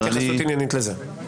תתייחס עניינית לזה.